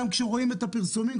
גם כשרואים את הפרסומים,